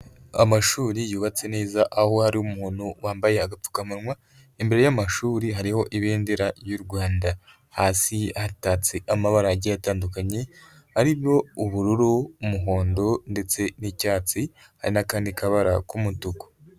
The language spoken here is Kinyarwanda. Amashuri yubatse neza aho ari umuntu wambaye agapfukamunwa imbere y'amashuri hariho ibendera ry'u Rwanda, hasi hatatse amabara agiye atandukanye arimo: ubururu, umuhondo ndetse n'icyatsi, hari n'akandi kabara k'umutuku.